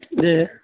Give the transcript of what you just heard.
जी